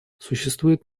существует